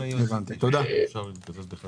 הבנתי, תודה רבה.